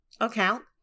account